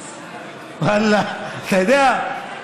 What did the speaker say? ואללה, אתה יודע,